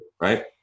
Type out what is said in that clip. right